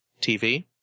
TV